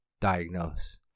diagnose